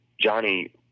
Johnny